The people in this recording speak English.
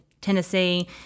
Tennessee